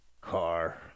car